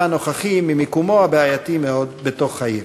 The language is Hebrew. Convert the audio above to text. הנוכחי ממקומו הבעייתי מאוד בתוך העיר.